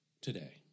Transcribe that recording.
today